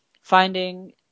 finding